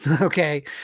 okay